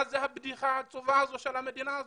מה זאת הבדיחה העצובה הזאת של המדינה הזאת?